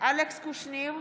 אלכס קושניר,